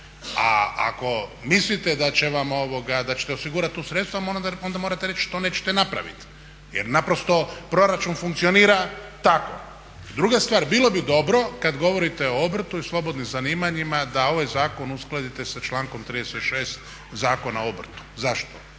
A ako mislite da ćete osigurati tu sredstva onda morate reći što nećete napraviti. Jer naprosto proračun funkcionira tako. Druga stvar, bilo bi dobro kad govorite o obrtu i slobodnim zanimanjima da ovaj zakon uskladite sa člankom 36. Zakona o obrtu. Zašto?